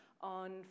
on